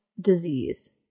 disease